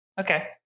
okay